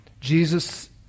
Jesus